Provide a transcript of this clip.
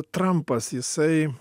trampas jisai